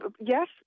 Yes